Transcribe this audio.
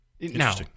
Now